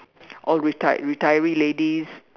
all retire retiree ladies